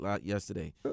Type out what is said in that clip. yesterday